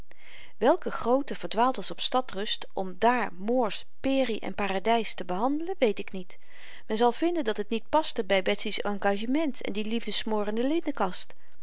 welke groote verdwaald was op stad rust om dààr moore's peri en paradys te behandelen weet ik niet men zal vinden dat het niet paste by betsy's engagement en die